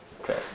Okay